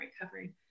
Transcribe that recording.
recovery